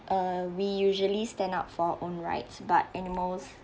err we usually stand up for our own rights but animals